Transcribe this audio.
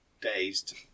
dazed